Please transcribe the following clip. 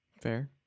Fair